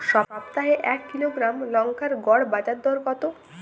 সপ্তাহে এক কিলোগ্রাম লঙ্কার গড় বাজার দর কতো?